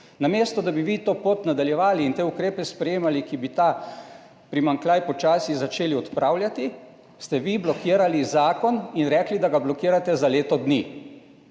Namesto da bi vi to pot nadaljevali in sprejemali te ukrepe, ki bi ta primanjkljaj počasi začeli odpravljati, ste vi blokirali zakon in rekli, da ga blokirate za leto dni